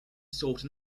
sought